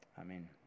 Amen